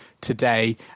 today